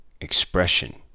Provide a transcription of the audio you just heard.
expression